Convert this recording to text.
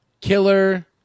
Killer